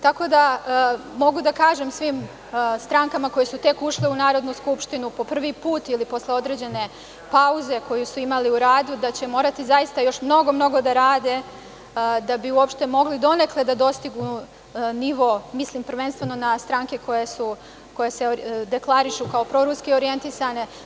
Tako da mogu da kažem svim strankama koje su tek ušle u Narodnu skupštinu po prvi put ili posle određene pauze koju su imali u radu, da će morati zaista još mnogo da rade da bi uopšte mogli donekle da dostignu nivo, mislim prvenstveno na stranke koje se deklarišu kao pro-ruski orijentisane.